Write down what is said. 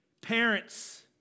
Parents